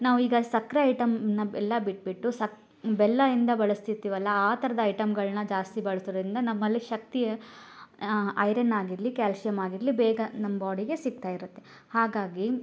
ನಾವು ಈಗ ಸಕ್ಕರೆ ಐಟಮ್ನ ಎಲ್ಲ ಬಿಟ್ಬಿಟ್ಟು ಸಕ್ ಬೆಲ್ಲಯಿಂದ ಬಳಸ್ತಿರ್ತಿವಲ್ಲ ಆ ಥರದ ಐಟಮ್ಗಳನ್ನ ಜಾಸ್ತಿ ಬಳಸೋದರಿಂದ ನಮ್ಮಲ್ಲಿ ಶಕ್ತಿ ಐರನ್ ಆಗಿರಲಿ ಕ್ಯಾಲ್ಶಿಯಮ್ ಆಗಿರಲಿ ಬೇಗ ನಮ್ಮ ಬಾಡಿಗೆ ಸಿಗ್ತಾ ಇರುತ್ತೆ ಹಾಗಾಗಿ